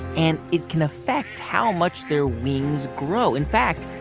and it can affect how much their wings grow. in fact,